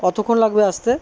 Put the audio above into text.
কতক্ষণ লাগবে আসতে